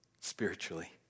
spiritually